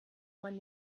man